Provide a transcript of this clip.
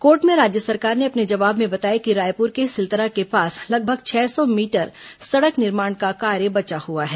court में राज्य सरकार ने अपने जवाब में बताया कि रायपुर के सिलतरा के पास लगभग छह सौ मीटर सड़क निर्माण का कार्य बचा हुआ है